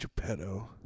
Geppetto